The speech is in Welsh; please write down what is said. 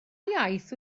iaith